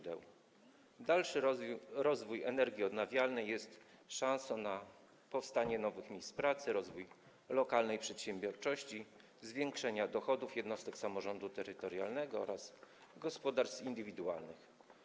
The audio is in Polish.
Dalszy rozwój energii odnawialnej jest szansą na powstanie nowych miejsc pracy, rozwój lokalnej przedsiębiorczości, zwiększenie dochodów jednostek samorządu terytorialnego oraz gospodarstw indywidualnych.